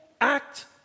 act